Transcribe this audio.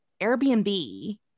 Airbnb